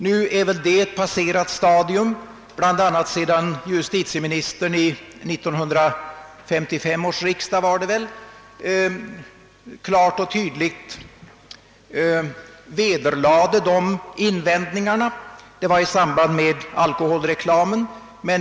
Nu är väl detta ett passerat stadium, bl.a. sedan justitieministern — vid 1955 års riksdag, tror jag det var — bestämt vederlade dessa invändningar. Det skedde i samband med frågan om alkoholreklamen.